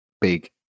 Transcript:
big